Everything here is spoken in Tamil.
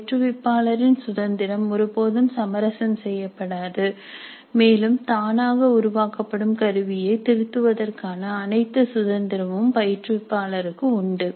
பயிற்றுவிப்பாளரின் சுதந்திரம் ஒருபோதும் சமரசம் செய்யப்படாது மேலும் தானாக உருவாக்கப்படும் கருவியைத் திருத்துவதற்கான அனைத்து சுதந்திரமும் பயிற்றுவிப்பாளருக்கு உண்டு